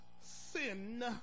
sin